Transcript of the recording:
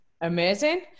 amazing